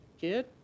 Kid